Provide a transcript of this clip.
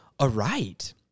aright